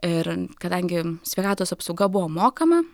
ir kadangi sveikatos apsauga buvo mokama